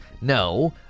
No